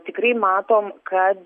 tikrai matom kad